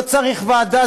לא צריך ועדה,